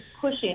pushing